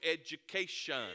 education